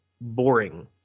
boring